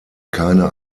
keine